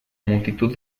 multitud